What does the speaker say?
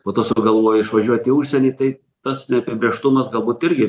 po to sugalvoja išvažiuot į užsienį tai tas neapibrėžtumas galbūt irgi